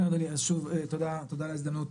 כן אדוני, אז שוב, תודה על ההזדמנות.